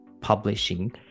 publishing